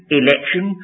election